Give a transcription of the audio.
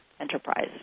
enterprise